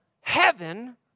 heaven